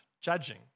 judging